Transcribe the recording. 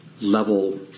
level